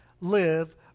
live